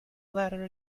bladder